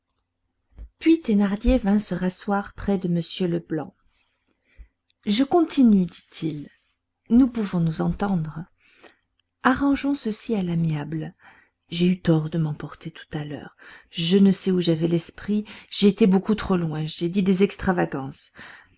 puis thénardier vint se rasseoir près de m leblanc je continue dit-il nous pouvons nous entendre arrangeons ceci à l'amiable j'ai eu tort de m'emporter tout à l'heure je ne sais où j'avais l'esprit j'ai été beaucoup trop loin j'ai dit des extravagances